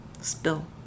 Spill